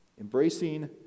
Embracing